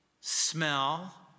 smell